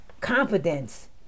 confidence